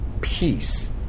peace